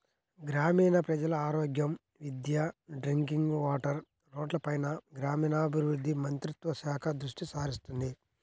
గ్రామీణ ప్రజల ఆరోగ్యం, విద్య, డ్రింకింగ్ వాటర్, రోడ్లపైన గ్రామీణాభివృద్ధి మంత్రిత్వ శాఖ దృష్టిసారిస్తుంది